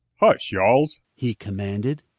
hush, yo'alls! he commanded.